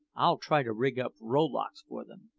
i'll try to rig up rowlocks for them.